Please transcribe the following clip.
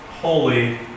holy